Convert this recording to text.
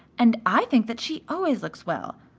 and i think that she always looks well.